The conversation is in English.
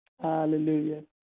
Hallelujah